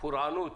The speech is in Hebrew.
פורענות